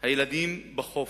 הילדים בחופש.